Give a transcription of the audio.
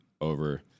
over